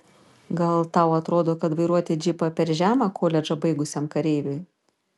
gal tau atrodo kad vairuoti džipą per žema koledžą baigusiam kareiviui